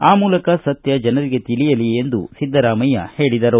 ಆ ಮೂಲಕ ಸತ್ಯ ಜನರಿಗೆ ತಿಳಿಯಲಿ ಎಂದು ಸಿದ್ದರಾಮಯ್ಯ ಹೇಳಿದರು